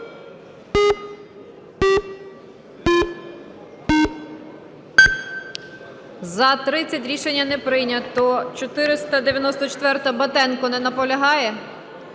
За-30 Рішення не прийнято. 494-а, Батенко. Не наполягає?